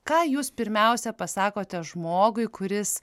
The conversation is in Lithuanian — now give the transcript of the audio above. ką jūs pirmiausia pasakote žmogui kuris